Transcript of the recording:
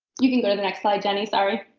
you can go to the next slide, jenny, sorry.